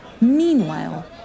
Meanwhile